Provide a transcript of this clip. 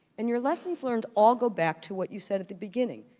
and your lessons learned all go back to what you said at the beginning.